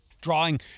drawing